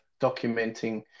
documenting